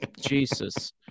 Jesus